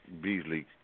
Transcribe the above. Beasley